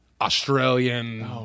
australian